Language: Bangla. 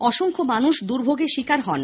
অসংখ্য মানুষ দুর্ভোগের শিকার হন